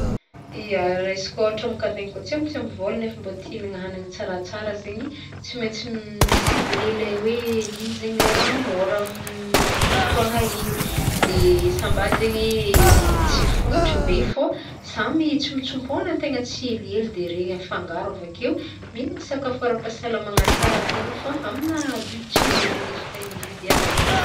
Ia, raisik ôhatra moka antegna koa tsy ampy tsy ampy vôla nef mbô tia hignagna hagnigny tsaratsara zegny, tsy maintsy micibler ley hoe ino zegny le raha môra amin'igny fotoagna igny. De sa mbà zegny, tsy fontry be fô, samy tsimtsimpôna antegna tsy helihely de regny afangaro avake. Mihignana sakafo ara-pasalamagna tsara antegna fa amina budget hely hindesintegna mividy agnajy.